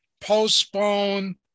postpone